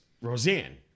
Roseanne